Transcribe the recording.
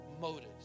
motives